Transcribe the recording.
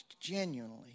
genuinely